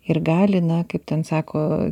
ir gali na kaip ten sako